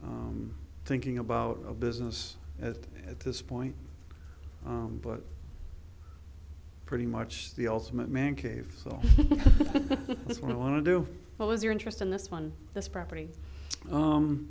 thinking about a business as at this point book pretty much the ultimate man cave so that's what i want to do what was your interest in this one this property